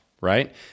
right